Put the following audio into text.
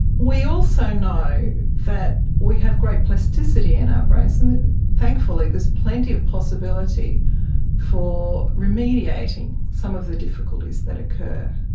we also know that we have great plasticity in our brains, and thankfully there's plenty of possibility for remediating some of the difficulties that occur.